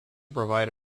provide